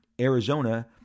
Arizona